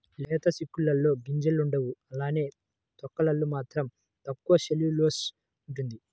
లేత చిక్కుడులో గింజలుండవు అలానే తొక్కలలో మాత్రం తక్కువ సెల్యులోస్ ఉంటుంది